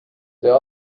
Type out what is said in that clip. there